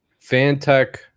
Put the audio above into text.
Fantech